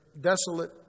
desolate